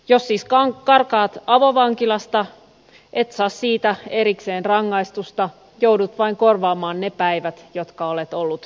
jos siis karkaat avovankilasta et saa siitä erikseen rangaistusta joudut vain korvaamaan ne päivät jotka olet ollut livohkassa